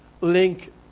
link